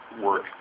work